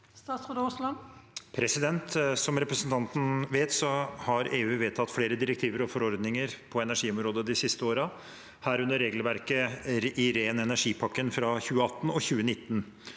Som represen- tanten vet, har EU vedtatt flere direktiver og forordninger på energiområdet de siste årene, herunder regelver ket i Ren energi-pakken fra 2018 og 2019.